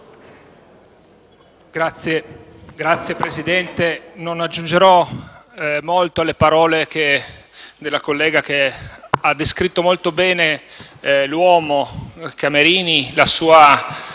Signor Presidente, non aggiungerò molto alle parole della collega che ha descritto molto bene l'uomo Camerini e la sua